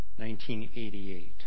1988